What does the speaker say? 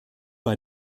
bei